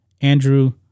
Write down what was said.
Andrew